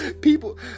People